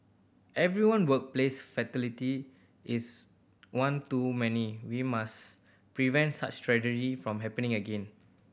everyone workplace fatality is one too many we must prevent such tragedy from happening again